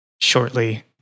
shortly